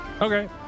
Okay